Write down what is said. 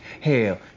Hell